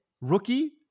rookie